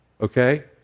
okay